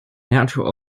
natural